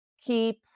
keep